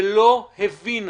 ולא הבינה